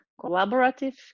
collaborative